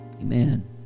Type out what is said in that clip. Amen